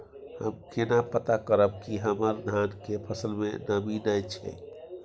हम केना पता करब की हमर धान के फसल में नमी नय छै?